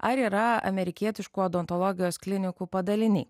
ar yra amerikietiškų odontologijos klinikų padaliniai